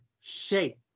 shape